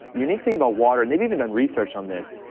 unique thing about water, and they've even done research on this,